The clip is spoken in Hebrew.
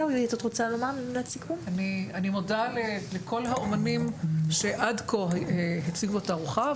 אני מודה לכל האומנים שהציגו עד כה בתערוכות,